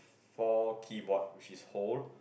four keyboard which is whole